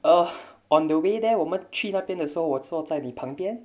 ugh on the way there 我们去那边的时候我坐在你旁边